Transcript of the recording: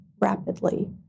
rapidly